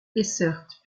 essert